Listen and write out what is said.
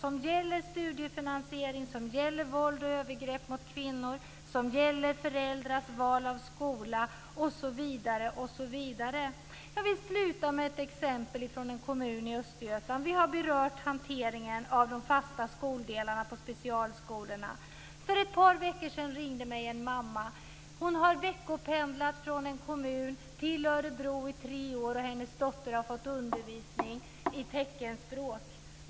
De gäller studiefinansiering, våld och övergrepp mot kvinnor, föräldrars val av skola osv. Jag vill sluta med ett exempel från en kommun i Östergötland. Vi har berört hanteringen av de fasta skoldelarna på specialskolorna. För ett par veckor sedan ringde mig en mamma. Hon har veckopendlat från en kommun till Örebro i tre år. Hennes dotter har fått undervisning i teckenspråk.